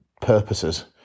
purposes